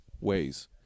ways